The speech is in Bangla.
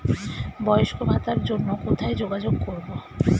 বয়স্ক ভাতার জন্য কোথায় যোগাযোগ করব?